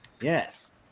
Yes